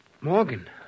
Morgan